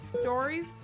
stories